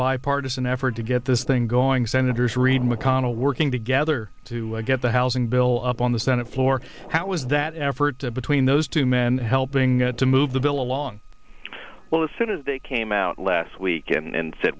bipartisan effort to get this thing going senators reid and mcconnell working together to get the housing bill up on the senate floor how is that effort between those two men helping to move the bill along well as soon as they came out last week and said